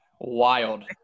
Wild